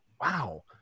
wow